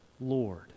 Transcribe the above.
Lord